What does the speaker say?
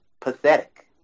pathetic